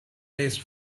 taste